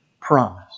promise